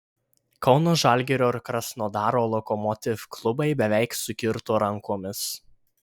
kauno žalgirio ir krasnodaro lokomotiv klubai beveik sukirto rankomis